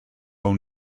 own